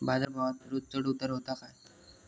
बाजार भावात रोज चढउतार व्हता काय?